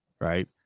Right